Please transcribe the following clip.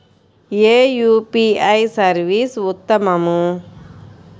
ఏ UPI service ఉత్తమము?